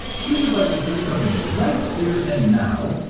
you would like to do something right here and now,